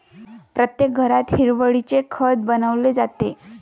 प्रत्येक घरात हिरवळीचे खत बनवले जाते